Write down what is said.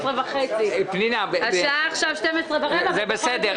בשעה 11:30. השעה עכשיו 12:15. זה בסדר.